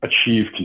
achieve